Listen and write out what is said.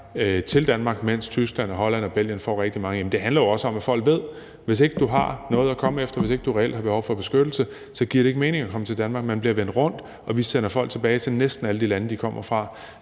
til Danmark, mens Tyskland, Holland og Belgien får rigtig mange. Det handler jo også om, at folk ved, at hvis ikke de har noget at komme efter, at hvis ikke de reelt har behov for beskyttelse, så giver det ikke mening at komme til Danmark. Man bliver vendt rundt, og vi sender næsten alle folk tilbage til de lande, de kommer fra,